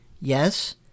Yes